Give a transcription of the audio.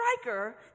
striker